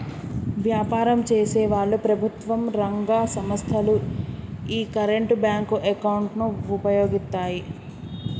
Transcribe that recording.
వ్యాపారం చేసేవాళ్ళు, ప్రభుత్వం రంగ సంస్ధలు యీ కరెంట్ బ్యేంకు అకౌంట్ ను వుపయోగిత్తాయి